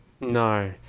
No